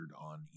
on